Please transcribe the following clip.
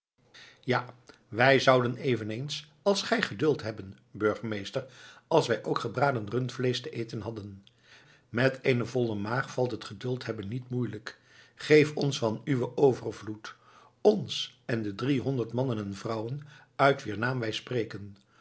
ja wij zouden eveneens als gij geduld hebben burgemeester als wij ook gebraden rundvleesch te eten hadden met eene volle maag valt het geduld hebben niet moeielijk geef ons van uwen overvloed ons en de driehonderd mannen en vrouwen uit wier naam wij spreken